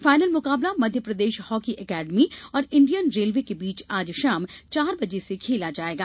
final मुकाबला मप्र hockey अकादमी और इण्डियन रेल्वे के बीच आज शाम चार बजे से खेला जायेगा